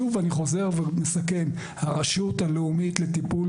אני חוזר ומסכם: הרשות הלאומית לטיפול